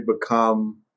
become